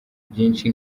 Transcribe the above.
byinshi